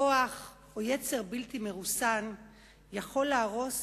כוח או יצר בלתי מרוסן יכול להרוס,